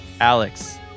Alex